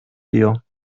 dir